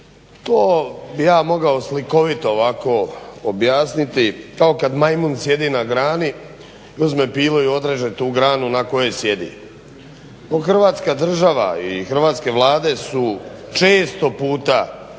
to bih ja mogao slikovito ovako objasniti kao kad majmun sjedi na grani i uzme pilu i odreže tu granu na kojoj sjedi. Hrvatska država i hrvatske Vlade su često puta